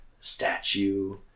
Statue